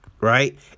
Right